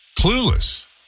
Clueless